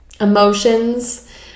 emotions